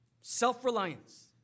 Self-reliance